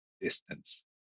distance